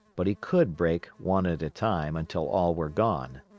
but he could break one at a time until all were gone.